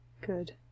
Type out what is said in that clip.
Good